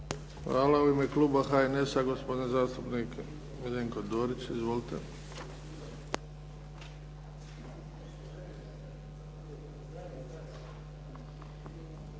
Hvala. U ime kluba HNS-a gospodin zastupnik